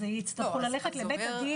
יצטרכו ללכת לבית הדין.